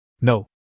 No